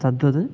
तद्वत्